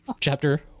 chapter